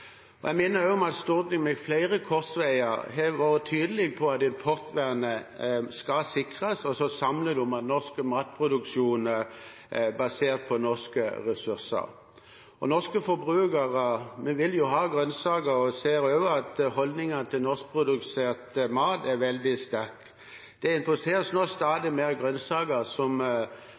Jeg minner også om at Stortinget ved flere korsveier har vært tydelige på at importvernet skal sikres, og vi står samlet om at norsk matproduksjon skal være basert på norske ressurser. Norske forbrukere vil jo ha grønnsaker, og jeg ser også at holdningene til norskprodusert mat er veldig sterk. Det importeres nå stadig mer grønnsaker som